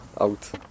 Out